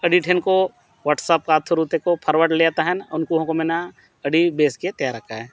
ᱟᱹᱰᱤ ᱴᱷᱮᱱᱠᱚ WhatsApp through ᱛᱮᱠᱚ ᱯᱷᱚᱨᱣᱟᱨᱰ ᱞᱮᱜᱼᱟ ᱛᱟᱦᱮᱱ ᱩᱱᱠᱩ ᱦᱚᱸᱠᱚ ᱢᱮᱱᱟ ᱟᱹᱰᱤ ᱵᱮᱥᱜᱮ ᱛᱮᱭᱟᱨᱟᱠᱟᱜ ᱟᱭ